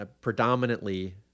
predominantly